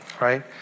right